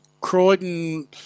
Croydon